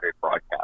broadcast